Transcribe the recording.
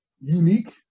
unique